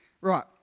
right